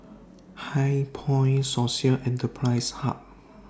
HighPoint Social Enterprise Hub